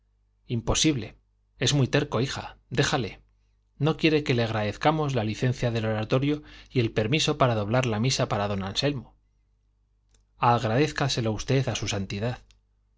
imposible es muy terco hija déjale no quiere que le agradezcamos la licencia del oratorio y el permiso para doblar la misa para don anselmo agradézcaselo usted a su santidad